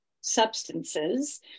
substances